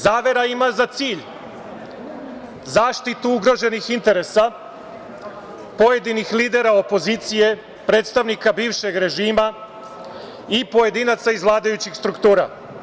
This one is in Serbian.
Zavera ima za cilj zaštitu ugroženih interesa pojedinih lidera opozicije, predstavnika bivšeg režima i pojedinaca iz vladajućih struktura.